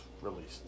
released